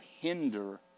hinder